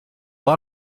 lot